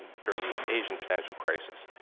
during the asian financial crisis,